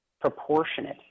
proportionate